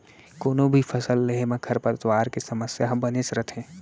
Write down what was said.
कोनों भी फसल लेहे म खरपतवार के समस्या ह बनेच रथे